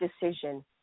decision